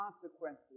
consequences